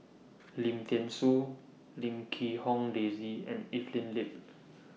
Lim Thean Soo Lim Quee Hong Daisy and Evelyn Lip